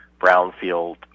brownfield